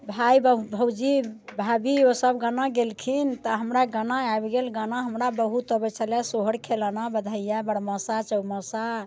भाय भौजी भाभी ओसब गाना गेलखिन तऽ हमरा गाना आबि गेल गाना हमरा बहुत अबैत छलैया सोहर खिलौना बधैया बारहमासा चौमासा